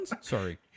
Sorry